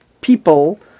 people